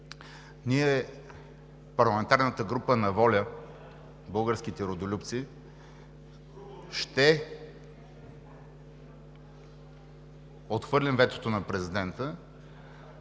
ние, парламентарната група на „ВОЛЯ – Българските Родолюбци“, ще отхвърлим ветото на президента